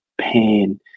pain